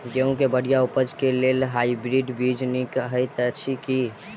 गेंहूँ केँ बढ़िया उपज केँ लेल हाइब्रिड बीज नीक हएत अछि की?